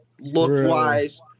look-wise